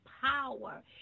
power